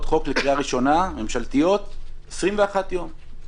חוק ממשלתיות לקריאה ראשונה ל-21 יום.